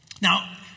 Now